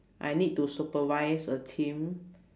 I need to supervise a team